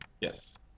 Yes